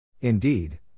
Indeed